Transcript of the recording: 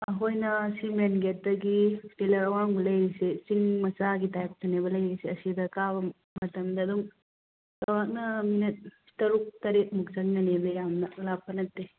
ꯑꯩꯈꯣꯏꯅ cement ꯒꯦꯠꯇꯒꯤ pillar ꯑꯋꯥꯡꯕ ꯂꯩꯔꯤꯁꯤ ꯆꯤꯡ ꯃꯆꯥꯒꯤ ꯇꯥꯏꯞꯇꯅꯦꯕ ꯂꯩꯔꯤꯁꯦ ꯑꯁꯤꯗ ꯀꯥꯕ ꯃꯇꯝꯗ ꯑꯗꯨꯝ ꯆꯥꯎꯔꯥꯛꯅ ꯃꯤꯅꯠ ꯇꯔꯨꯛ ꯇꯔꯦꯠꯃꯨꯛ ꯆꯪꯒꯗꯅꯦꯕ ꯌꯥꯝꯅ ꯂꯥꯞꯄ ꯅꯠꯇꯦ